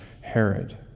Herod